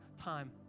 time